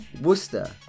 Worcester